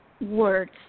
words